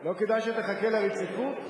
לא כדאי שתחכה לרציפות?